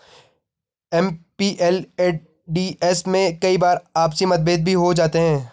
MPLADS में कई बार आपसी मतभेद भी हो जाते हैं